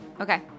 Okay